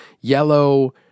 yellow